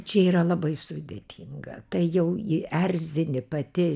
čia yra labai sudėtinga tai jau jį erzini pati